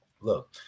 look